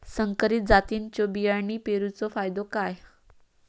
संकरित जातींच्यो बियाणी पेरूचो फायदो काय?